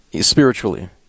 spiritually